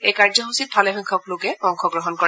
এই কাৰ্যসূচীত ভালেসংখ্যক লোকে অংশগ্ৰহণ কৰে